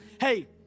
Hey